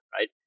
right